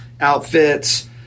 outfits